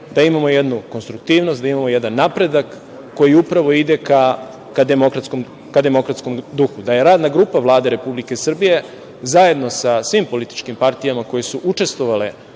da imamo jednu konstruktivnost, da imamo jedan napredak koji upravo ide ka demokratskom duhu. Da je radna grupa Vlade Republike Srbije zajedno sa svim političkim partijama koje su učestvovale